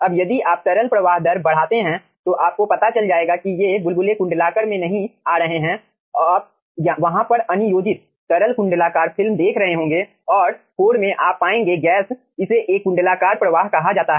अब यदि आप तरल प्रवाह दर बढ़ाते हैं तो आपको पता चल जाएगा कि ये बुलबुले कुंडलाकार में नहीं आ रहे हैं आप वहाँ पर अनियोजित तरल कुंडलाकार फिल्म देख रहे होंगे और कोर में आप पाएंगे गैस इसे 1 कुंडलाकार प्रवाह कहा जाता है